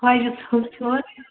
خۄجہِ صٲب چھُو حظ